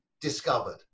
discovered